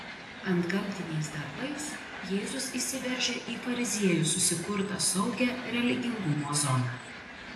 antgamtiniais darbais jėzus įsiveržė į fariziejų susikurtą saugią religingumo zoną